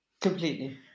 Completely